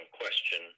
question